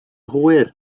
hwyr